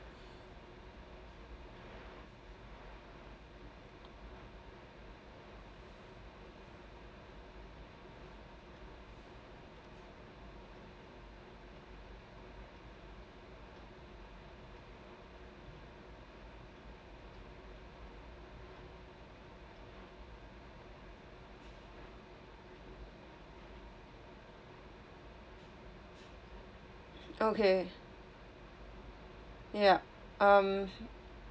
okay yup um